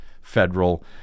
federal